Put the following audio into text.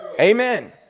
Amen